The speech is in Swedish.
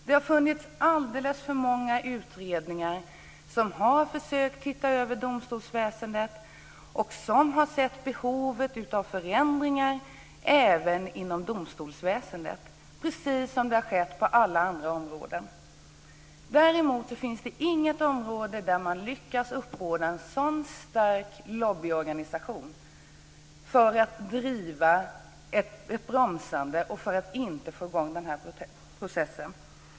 Det har varit alldeles för många utredningar som har försökt se över domstolsväsendet och som har sett behovet av förändringar även inom domstolsväsendet - precis som skett på alla andra områden. Däremot finns det inget område där man har lyckats uppbåda en så stark lobbyorganisation för att driva ett bromsande, för att inte få i gång den här processen.